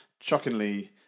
Shockingly